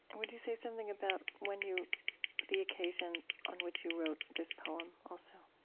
and would you say something about when you the occasion on which you wrote this poem also?